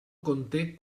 conté